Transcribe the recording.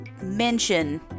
mention